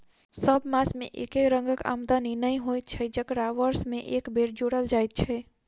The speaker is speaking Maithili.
सभ मास मे एके रंगक आमदनी नै होइत छै जकरा वर्ष मे एक बेर जोड़ल जाइत छै